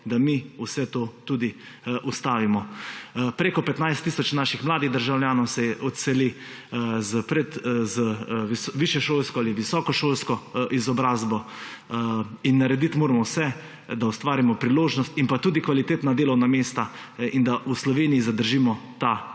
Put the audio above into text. da mi vse to ustavimo. Preko 15 tisoč naših mladih državljanov z višješolsko ali visokošolsko izobrazbo se izseli in narediti moramo vse, da ustvarimo priložnost in tudi kvalitetna delovna mesta in v Sloveniji zadržimo ta